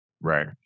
right